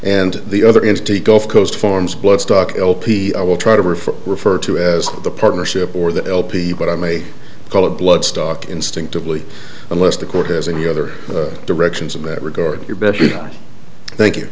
and the other entity gulf coast farms bloodstock lp i will try to refer referred to as the partnership or the lp but i may call it bloodstock instinctively unless the court has any other directions in that regard here betty thank you